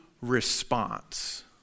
response